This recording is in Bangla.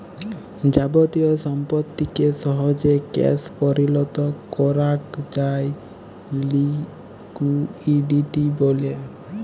যাবতীয় সম্পত্তিকে সহজে ক্যাশ পরিলত করাক যায় লিকুইডিটি ব্যলে